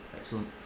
excellent